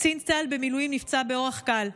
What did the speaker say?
קצין צה"ל במילואים נפצע באורח קל.